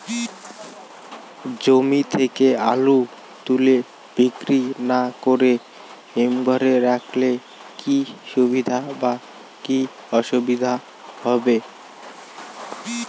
জমি থেকে আলু তুলে বিক্রি না করে হিমঘরে রাখলে কী সুবিধা বা কী অসুবিধা হবে?